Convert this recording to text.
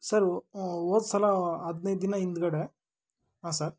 sir ಹೋದ್ಸಲ ಹದಿನೈದು ದಿನ ಹಿಂದುಗಡೆ ಹಾಂ ಸರ್